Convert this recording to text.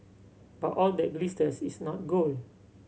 but all that glisters is not gold